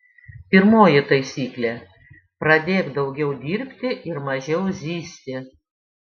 pirmoji taisyklė pradėk daugiau dirbti ir mažiau zyzti